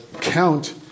count